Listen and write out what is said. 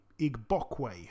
Igbokwe